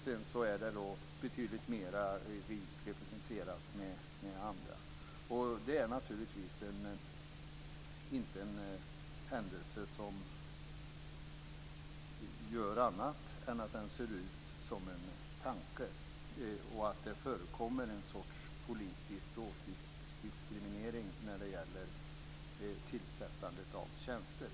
Sedan är det betydligt mer rikt representerat med andra. Det är naturligtvis en händelse som ser ut som en tanke. Det förekommer en sorts politisk åsiktsdiskriminering när det gäller tillsättandet av tjänster.